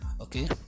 Okay